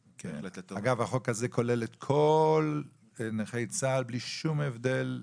אגב החוק הזה כולל את כל נכי צה"ל בלי שום הבדל.